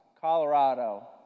Colorado